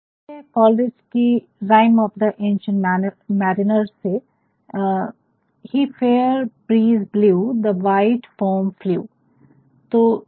उदाहरण के लिए कॉलरिज की Rime of the Ancient Mariner Rime of the Ancient Mariner से the fair breeze blew the white foam flew he fair breeze blew the white foam flew